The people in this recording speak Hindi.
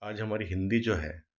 आज हमारी हिंदी जो है